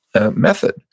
method